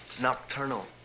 nocturnal